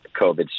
COVID